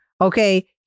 okay